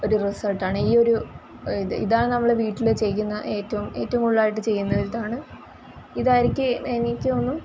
ഒരു റിസൾട്ട് ആണ് ഈ ഒരു ഇത് ഇതാണ് നമ്മൾ വീട്ടിൽ ചെയ്യുന്ന ഏറ്റവും ഏറ്റവും കൂടുതലായിട്ട് ചെയ്യുന്ന ഒരിതാണ് ഇതായിരിക്കും എനിക്ക് തോന്നുന്നു